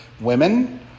women